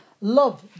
love